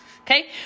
Okay